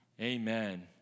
Amen